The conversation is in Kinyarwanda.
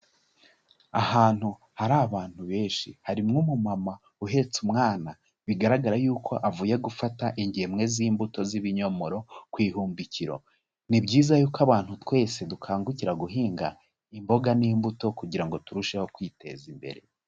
Ahantu hari abantu benshi harimo umumama uhetse umwana bigaragara yuko avuye gufata ingemwe z'imbuto z'ibinyomoro ku ihumbikiro, ni byiza yuko abantu twese dukangukira guhinga imboga n'imbuto kugira ngo turusheho kwiteza imbere.